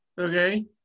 okay